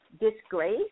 disgrace